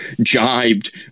jibed